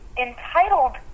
entitled